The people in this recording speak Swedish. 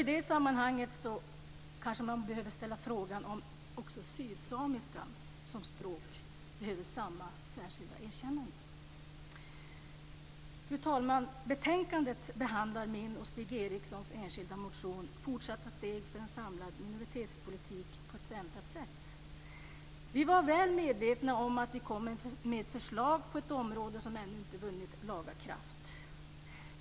I det sammanhanget behöver man kanske också ställa frågan om inte sydsamiska som språk behöver samma särskilda erkännande. Fru talman! I betänkandet behandlas min och Stig Vi var mycket väl medvetna om att vi kom med förslag på ett område som ännu inte vunnit allmänt erkännande.